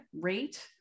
rate